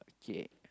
okay